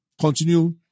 continue